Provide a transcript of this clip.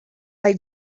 they